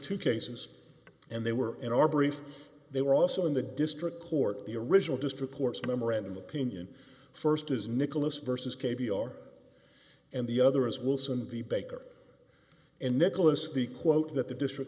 two cases and they were in our brief they were also in the district court the original just reports memorandum opinion st is nicholas versus k b r and the other is wilson the baker and nicholas the quote that the district